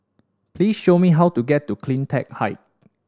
please show me how to get to Cleantech Height